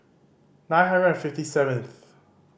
nine hundred and fifty seventh